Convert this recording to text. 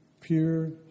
pure